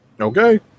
Okay